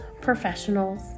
professionals